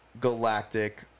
galactic